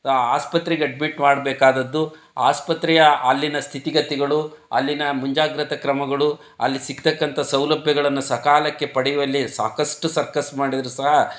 ಆಸ್ಪತ್ರೆಗೆ ಅಡ್ಮಿಟ್ ಮಾಡಬೇಕಾದದ್ದು ಆಸ್ಪತ್ರೆಯ ಅಲ್ಲಿನ ಸ್ಥಿತಿಗತಿಗಳು ಅಲ್ಲಿನ ಮುಂಜಾಗ್ರತೆ ಕ್ರಮಗಳು ಅಲ್ಲಿ ಸಿಕ್ಕತಕ್ಕಂಥ ಸೌಲಭ್ಯಗಳನ್ನು ಸಕಾಲಕ್ಕೆ ಪಡೆಯುವಲ್ಲಿ ಸಾಕಷ್ಟು ಸರ್ಕಸ್ ಮಾಡಿದರೂ ಸಹ